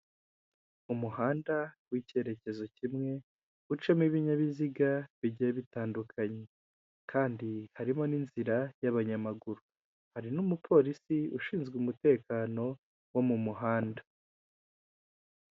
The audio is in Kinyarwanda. Umuhanda w'icyerekezo kimwe ucamo ibinyabiziga bigiye bitandukanye kandi harimo n'inzira y'abanyamaguru, hari n'umupolisi ushinzwe umutekano wo mu muhanda.